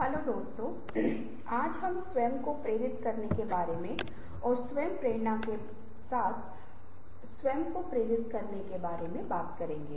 मित्र अब हम कार्यस्थल मे रचनात्मकता और नवीनीकरण के बारे में बात करेंगे